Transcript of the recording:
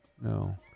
No